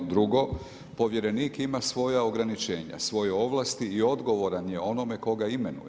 Drugo, povjerenik ima svoja ograničenja, svoje ovlasti i odgovoran je onome koga imenuje.